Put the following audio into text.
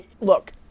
Look